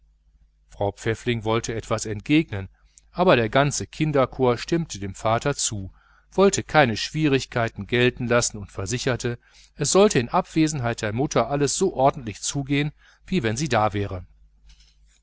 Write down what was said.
frau pfäffling wollte etwas entgegnen aber der ganze kinderchor stimmte dem vater zu wollte gar keine schwierigkeit gelten lassen und versicherte es sollte in abwesenheit der mutter alles so ordentlich zugehen wie wenn sie da wäre